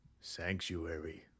Sanctuary